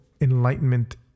enlightenment